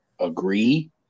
agree